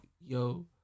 yo